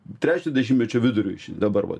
trečio dešimtmečio viduriuj dabar vat